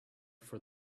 for